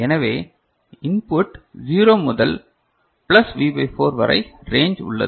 எனவே இன்புட் 0 முதல் plus V by 4 வரை ரேஞ்ச் உள்ளது